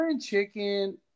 chicken